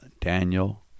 Daniel